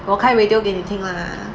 我开 radio 给你听 lah